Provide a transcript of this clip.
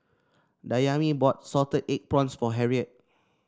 Dayami bought Salted Egg Prawns for Harriet